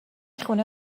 خونه